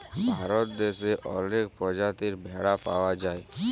ভারত দ্যাশে অলেক পজাতির ভেড়া পাউয়া যায়